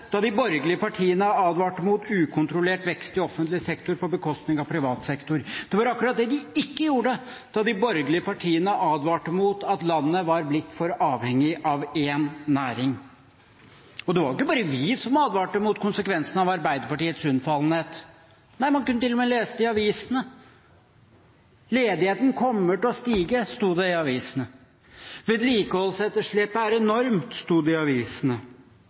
da de borgerlige partiene advarte mot ukontrollert vekst i offentlig sektor på bekostning av privat sektor, og det var akkurat det de ikke gjorde da de borgerlige partiene advarte mot at landet var blitt for avhengig av én næring. Det var ikke bare vi som advarte mot konsekvensene av Arbeiderpartiets unnfallenhet. Nei, man kunne til og med lese det i avisene. «Ledigheten kommer til å stige», sto det i avisene. Vedlikeholdsetterslepet «er enormt»,